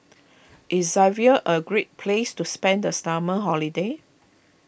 is Zambia a great place to spend the stomach holiday